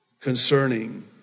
concerning